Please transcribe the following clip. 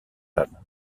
femmes